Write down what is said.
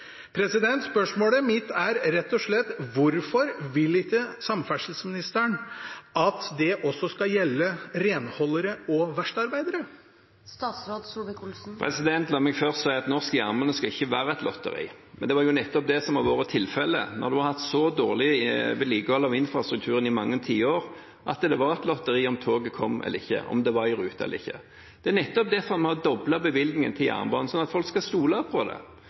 virksomhetsoverdragelse. Spørsmålet mitt er rett og slett: Hvorfor vil ikke samferdselsministeren at det også skal gjelde renholdere og verkstedarbeidere? La meg først si at norsk jernbane ikke skal være et lotteri. Men det er nettopp det som har vært tilfellet når en har hatt så dårlig vedlikehold av infrastrukturen i mange tiår – det var et lotteri om toget kom eller ikke, om det var i rute eller ikke. Det er nettopp derfor vi har doblet bevilgningen til jernbanen, sånn at folk skal stole på den. Det